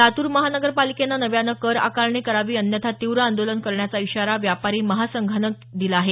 लातूर महानगरपालिकेनं नव्यानं कर आकारणी करावी अन्यथा तीव्र आंदोलन करण्याचा इशारा व्यापारी महासंघानं घेतला आहे